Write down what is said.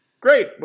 great